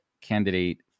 candidate